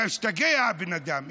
אתה משתגע, הבן-אדם.